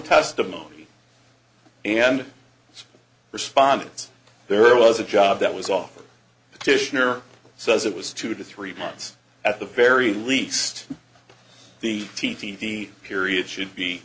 testimony and respondents there was a job that was offered to share says it was two to three months at the very least the t t d period should be